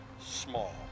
small